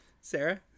Sarah